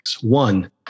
One